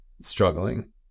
struggling